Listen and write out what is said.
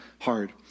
hard